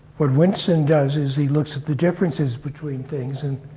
what winston does is he looks at the differences between things and